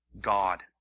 God